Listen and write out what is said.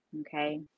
okay